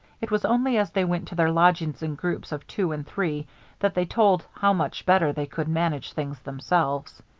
it was only as they went to their lodgings in groups of two and three that they told how much better they could manage things themselves.